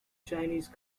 chinese